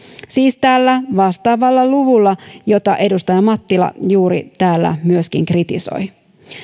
siis tällä vastaavalla luvulla jota edustaja mattila juuri täällä myöskin kritisoi